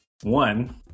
One